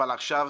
אבל עכשיו,